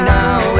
now